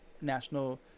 national